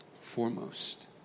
foremost